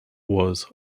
was